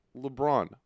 LeBron